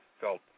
felt